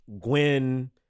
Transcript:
Gwen